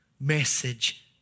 message